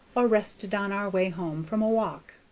or rested on our way home from a walk.